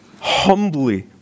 humbly